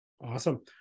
Awesome